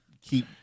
Keep